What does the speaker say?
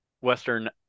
Western